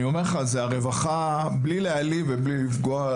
אני אומר לך, זו הרווחה, בלי להעליב ובלי לפגוע,